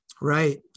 Right